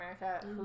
America